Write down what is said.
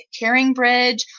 CaringBridge